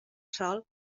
sòl